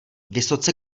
vysoce